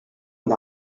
and